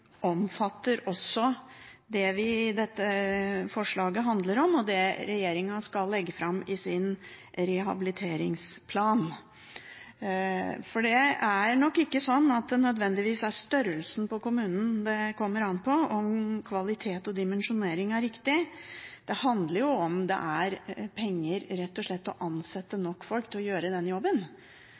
også omfatter det som dette forslaget handler om, og det regjeringen skal legge fram i sin rehabiliteringsplan. Det er nok ikke slik at det nødvendigvis er størrelsen på kommunen som avgjør om kvalitet og dimensjonering er riktig. Det handler jo om hvorvidt det er penger til å ansette nok folk til å gjøre jobben,